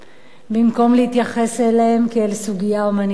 במקום להתייחס אליהם כאל סוגיה הומניטרית?